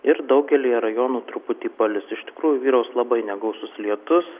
ir daugelyje rajonų truputį palis iš tikrųjų vyraus labai negausus lietus